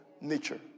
nature